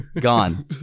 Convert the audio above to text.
gone